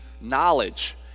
knowledge